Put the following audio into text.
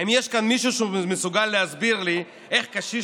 האם יש כאן מישהו שמסוגל להסביר לי איך קשיש